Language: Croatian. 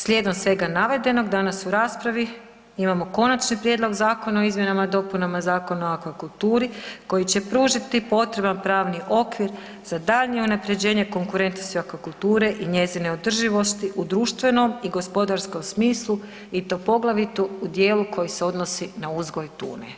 Slijedom svega navedenog danas u raspravi imamo Konačni prijedlog Zakona o izmjenama i dopunama Zakona o akvakulturi koji će pružiti potreban pravni okvir za daljnje unapređenje konkurentnosti akvakulture i njezine održivosti u društvenom i gospodarskom smislu i to poglavito u dijelu koji se odnosi na uzgoj tune.